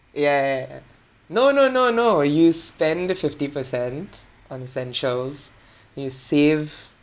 ya ya ya no no no you spend the fifty percent on essentials and you save